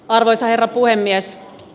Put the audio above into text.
arvoisa herra puhemies